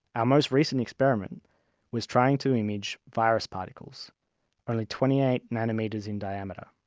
our most recent experiment was trying to image virus particles only twenty eight nanometres in diameter.